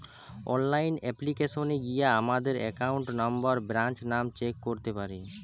online অ্যাপ্লিকেশানে গিয়া আমাদের একাউন্ট নম্বর, ব্রাঞ্চ নাম চেক করতে পারি